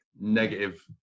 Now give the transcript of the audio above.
negative